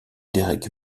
derek